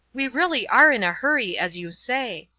we really are in a hurry, as you say,